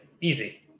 easy